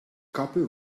couple